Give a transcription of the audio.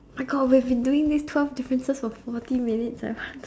!my-God! we have been doing these twelve differences for forty minutes I want to